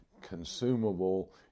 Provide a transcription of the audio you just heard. consumable